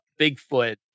Bigfoot